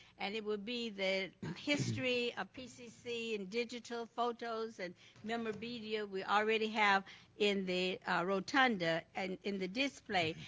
and it will be the history of pcc in digital photos and memorabilia. we already have in the rotunda and in the display.